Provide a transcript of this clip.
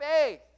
faith